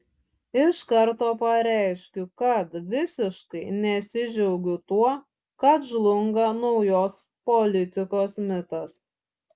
iš karto pareiškiu kad visiškai nesidžiaugiu tuo kad žlunga naujos politikos mitas